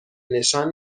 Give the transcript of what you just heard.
نشان